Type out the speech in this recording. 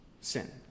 sin